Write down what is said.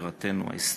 בירתנו ההיסטורית.